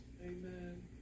Amen